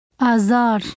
Azar